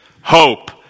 hope